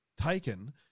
taken